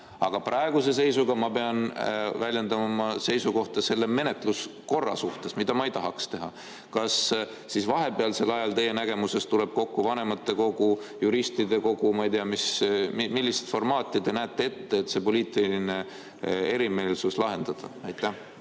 aga praeguse seisuga ma pean väljendama oma seisukohta selle menetluskorra suhtes, mida ma ei tahaks teha. Kas siis vahepealsel ajal teie nägemuse kohaselt tuleb kokku vanematekogu, juristide kogu või ma ei tea, millist formaati te näete ette, et see poliitiline erimeelsus lahendada? Aitäh!